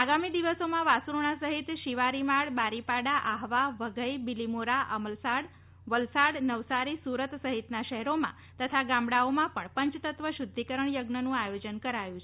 આગામી દિવસોમા વાસુરણા સહિત શિવારીમાળ બારીપાડા આહવા વધઈ બીલીમોરા અમલસાડ વલસાડ નવસારી સુરત સહિતના શહેરોમાં તથા ગામડાઓમાં પણ પંચતત્વ શુદ્ધિકરણ યજ્ઞનું આયોજન કરાયુ છે